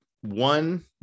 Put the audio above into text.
One